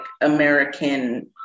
American